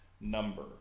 number